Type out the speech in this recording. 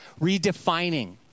redefining